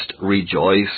rejoice